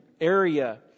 area